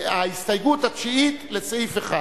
ההסתייגות התשיעית לסעיף 1,